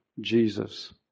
Jesus